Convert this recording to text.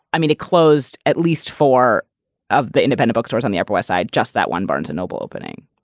i mean, it closed at least four of the independent bookstores on the upper west side. just that one, barnes and noble opening.